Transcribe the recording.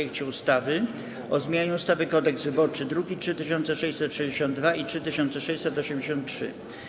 projekcie ustawy o zmianie ustawy Kodeks wyborczy, druki nr 3662 i 3683.